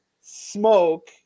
smoke